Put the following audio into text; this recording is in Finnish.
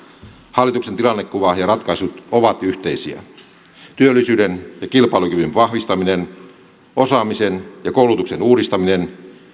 hallituksen tilannekuva ja ratkaisut ovat yhteisiä työllisyyden ja kilpailukyvyn vahvistaminen osaamisen ja koulutuksen uudistaminen